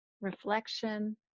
reflection